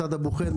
מצד הבוחן,